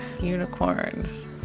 unicorns